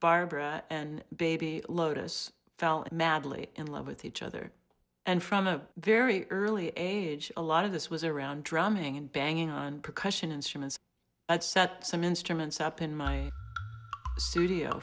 barbara and baby lotus fell madly in love with each other and from a very early age a lot of this was around drumming and banging on percussion instruments and set some instruments up in my studio